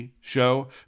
show